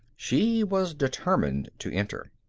she was determined to enter.